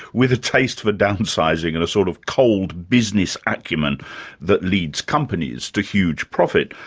with a taste for downsizing, and a sort of cold business acumen that leads companies to huge profit.